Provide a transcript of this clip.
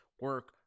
Work